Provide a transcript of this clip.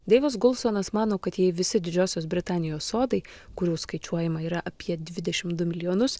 deivas gulsonas mano kad jei visi didžiosios britanijos sodai kurių skaičiuojama yra apie dvidešimt du milijonus